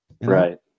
Right